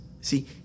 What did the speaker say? See